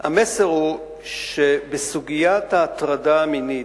המסר הוא שבסוגיית ההטרדה המינית,